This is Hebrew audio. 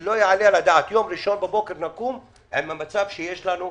לא יעלה על הדעת שיום ראשון בבוקר נקום עם המצב שיש לנו.